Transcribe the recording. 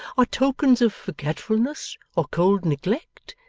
are tokens of forgetfulness or cold neglect?